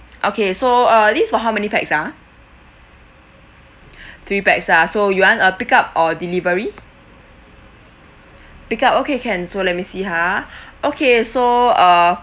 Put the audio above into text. okay so uh this is for how many pax ah three pax ah so you want uh pick up or delivery pick up okay can so let me see ha okay so uh